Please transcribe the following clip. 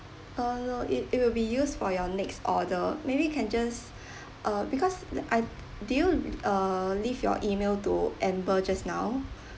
uh no it it will be used for your next order maybe you can just uh because the I do you uh leave your email to amber just now